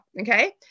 okay